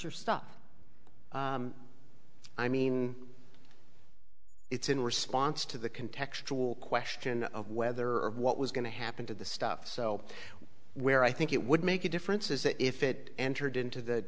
stuff i mean it's in response to the can textual question of whether or what was going to happen to the stuff so where i think it would make a difference is if it entered into the